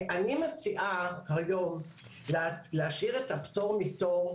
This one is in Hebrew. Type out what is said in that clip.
אני מציעה היום להשאיר את הפטור מתור,